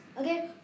Okay